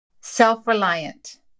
Self-reliant